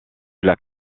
lac